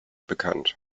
bekannt